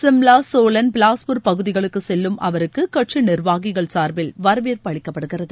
சிம்லா சோலன் பிலாஸ்பூர் பகுதிகளுக்கு செல்லும் அவருக்கு கட்சி நிர்வாகிகள் சார்பில் வரவேற்பு அளிக்கப்படுகிறது